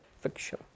fiction